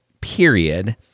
period